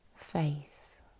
Face